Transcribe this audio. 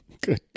Good